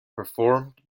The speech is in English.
performed